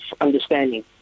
understanding